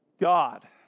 God